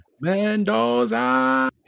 Mendoza